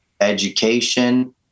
education